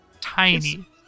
tiny